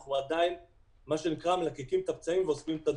אנחנו עדיין מלקקים את הפצעים ואוספים את הנתונים.